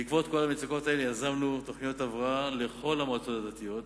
בעקבות כל המצוקות האלה יזמנו תוכניות הבראה לכל המועצות הדתיות.